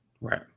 Right